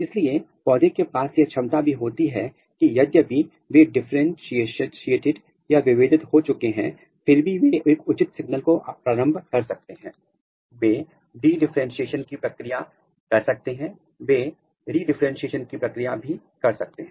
इसलिए पौधों के पास यह क्षमता भी होती है कि यद्यपि वे डिफरेंटशिएटिड या विभेदित हो चुके हैं फिर भी वे एक उचित सिग्नल को प्रारंभ कर सकते हैं बे डीडिफरेंटशिएशन की प्रक्रिया कर सकते हैं बे री डिफरेंटशिएटिड की प्रक्रिया भी कर सकते हैं